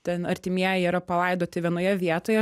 ten artimieji yra palaidoti vienoje vietoje